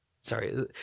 Sorry